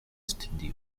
studio